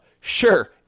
Sure